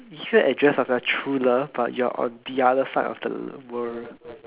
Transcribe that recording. give you address of your true love but you are on the other side of the world